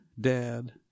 dad